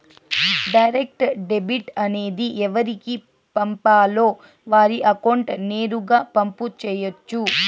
direct debit అనేది ఎవరికి పంపాలో వారి అకౌంట్ నేరుగా పంపు చేయొచ్చు